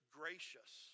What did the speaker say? gracious